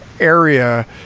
Area